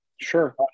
Sure